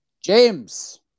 James